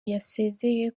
yasezeye